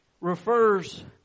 refers